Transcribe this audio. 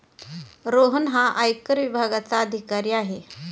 रोहन हा आयकर विभागाचा अधिकारी आहे